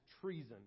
treason